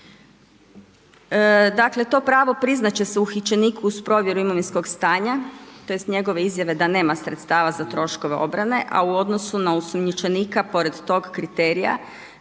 Dakle to pravo priznati će se uhićeniku uz provjeru imovinskog stanja tj. njegove izjave da nema sredstava za troškove obrane a u odnosu na osumnjičenika pored tog kriterija